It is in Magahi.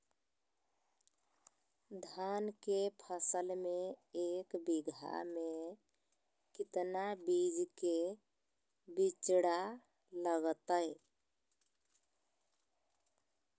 धान के फसल में एक बीघा में कितना बीज के बिचड़ा लगतय?